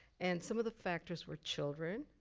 and some of the factors were children.